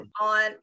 on